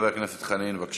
חבר הכנסת חנין, בבקשה.